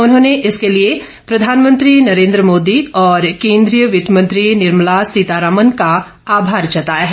उन्होंने इसके लिए प्रधानमंत्री नरेन्द्र मोदी और केन्द्रीय वित्त मंत्री निर्मला सीतारमन का आभार जताया है